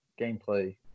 gameplay